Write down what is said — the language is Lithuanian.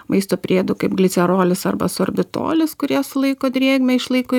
maisto priedų kaip glicerolis arba sorbitolis kurie sulaiko drėgmę išlaiko